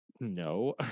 no